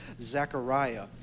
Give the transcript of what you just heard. Zechariah